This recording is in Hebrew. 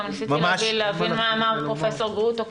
גם ניסיתי להבין מה פרופ' גרוטו אומר,